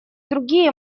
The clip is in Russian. другие